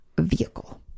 vehicle